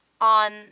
On